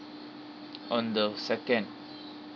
on the second